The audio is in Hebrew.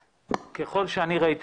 ראיתי,